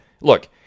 look